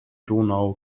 donau